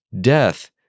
Death